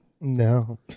No